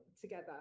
together